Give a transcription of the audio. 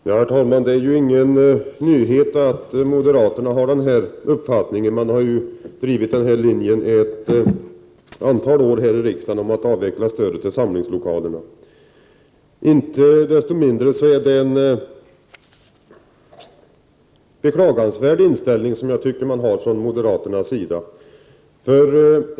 Herr talman! Det är ingen nyhet att moderaterna har denna uppfattning. Man har drivit denna linje här i riksdagen ett antal år, att avveckla stödet till samlingslokalerna. Inte desto mindre är det en beklagansvärd inställning man har från moderaternas sida, tycker jag.